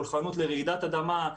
מוכנות לרעידת אדמה,